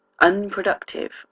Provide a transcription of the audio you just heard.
unproductive